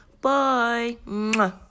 Bye